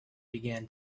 began